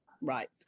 Right